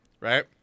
right